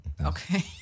Okay